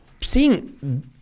seeing